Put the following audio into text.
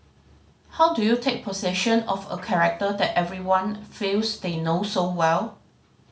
how do you take possession of a character that everyone feels they know so well